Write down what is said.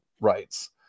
rights